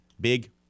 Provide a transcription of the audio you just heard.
big